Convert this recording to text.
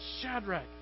Shadrach